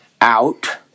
out